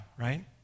right